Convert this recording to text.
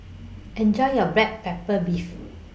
Enjoy your Black Pepper Beef